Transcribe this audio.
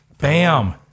Bam